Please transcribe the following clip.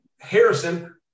Harrison